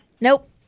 Nope